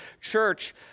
church